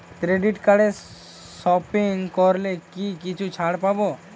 Credit কার্ডে shopping করলে কি কিছু ছাড় পাব?